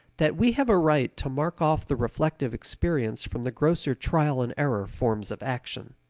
that we have a right to mark off the reflective experience from the grosser trial and error forms of action.